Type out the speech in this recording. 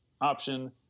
option